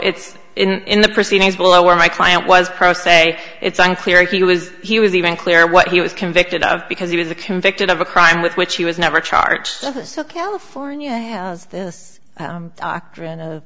it's in the proceedings below where my client was pro se it's unclear if he was he was even clear what he was convicted of because he was a convicted of a crime with which he was never charged so california has this doctrine of